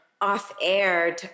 off-air